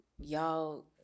y'all